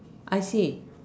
I see